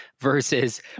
versus